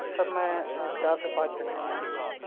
سر میں چار سے پانچ گھنٹے نیند لیتا ہوں